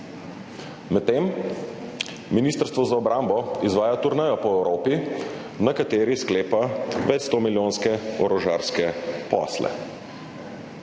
Medtem ministrstvo za obrambo izvaja turnejo po Evropi, na kateri sklepa več 100 milijonske orožarske posle